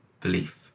belief